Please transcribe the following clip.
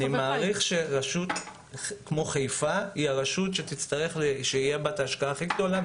אני מעריך שרשות כמו חיפה היא הרשות שתהיה בה את ההשקעה הכי גדולה,